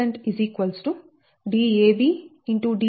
ఇప్పుడు Deq Dab